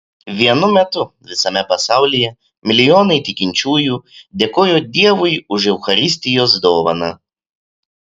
vienu metu visame pasaulyje milijonai tikinčiųjų dėkojo dievui už eucharistijos dovaną